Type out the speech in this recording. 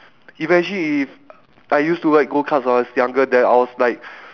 imagine if I used to ride go karts when I was younger then I was like